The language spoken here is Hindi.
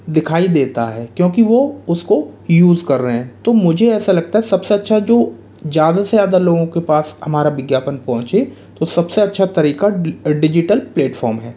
दिखाई देता है क्योंकि वह उसको यूज़ कर रहे हैं तो मुझे ऐसा लगता है सबसे अच्छा जो ज़्यादा से ज़्यादा लोगों के पास हमारा विज्ञापन पहुँचे तो सबसे अच्छा तरीका डिज़िटल प्लेटफॉर्म है